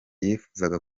yifuzaga